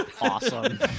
awesome